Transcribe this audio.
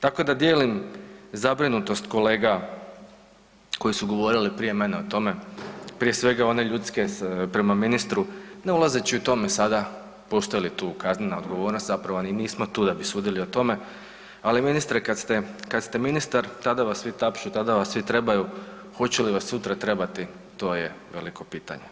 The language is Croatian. Tako da dijelim zabrinutost kolega koji su govorili prije mene o tome, prije svega one ljudske prema ministru ne ulazeći u tome sada postoji li tu kaznena odgovornost, zapravo ni nismo tu da bi sudili o tome, ali ministre kad ste ministar tada vas svi tapšu tada vas svi trebaju, hoće li vas sutra trebati to je veliko pitanje.